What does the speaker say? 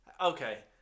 Okay